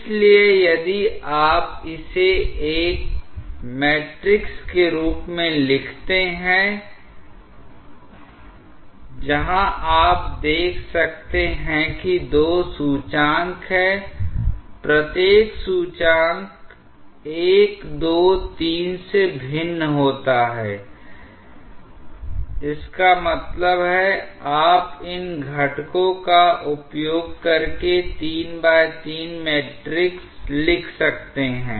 इसलिए यदि आप इसे एक मैट्रिक्स के रूप में लिखते हैं जहां आप देख सकते हैं कि दो सूचकांक हैं प्रत्येक सूचकांक 1 2 3 से भिन्न होता है इसका मतलब है आप इन घटकों का उपयोग करके 33 मैट्रिक्स लिख सकते हैं